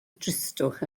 dristwch